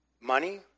money